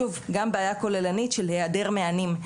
שוב גם בעיה כוללנית של היעדר מענים.